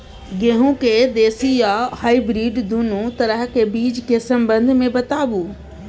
गेहूँ के देसी आ हाइब्रिड दुनू तरह के बीज के संबंध मे बताबू?